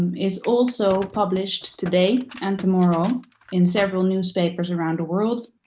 is also published today and tomorrow in several newspapers around the world.